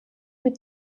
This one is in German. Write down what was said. mit